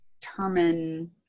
determine